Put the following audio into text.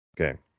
Okay